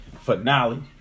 finale